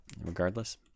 regardless